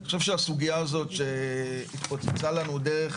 אני חושב שהסוגיה הזאת שהתפוצצה לנו דרך